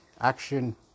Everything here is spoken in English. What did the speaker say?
action